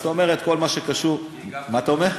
זאת אומרת, כל מה שקשור, מה אתה אומר?